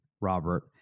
Robert